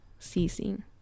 Ceasing